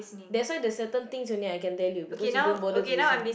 that's why there's certain things only I can tell you because you don't bother to listen